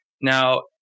Now